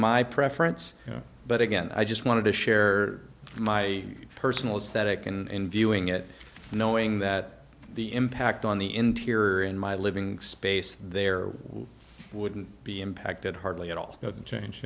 my preference but again i just wanted to share my personal is that it and viewing it knowing that the impact on the interior in my living space there wouldn't be impacted hardly at all